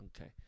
Okay